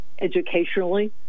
Educationally